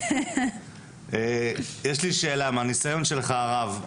יש לך ניסיון רב.